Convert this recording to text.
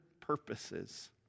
purposes